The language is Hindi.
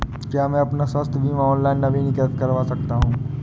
क्या मैं अपना स्वास्थ्य बीमा ऑनलाइन नवीनीकृत कर सकता हूँ?